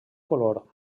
color